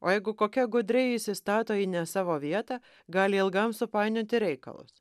o jeigu kokia gudriai įsistato į ne savo vietą gali ilgam supainioti reikalus